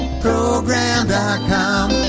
Program.com